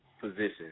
position